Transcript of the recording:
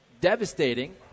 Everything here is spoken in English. devastating